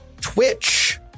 Twitch